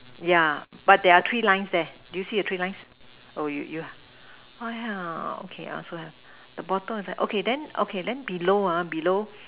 yeah but there are three lines there do you see the three lines oh you you ah ya okay I also have the bottom is like okay then okay the below ah below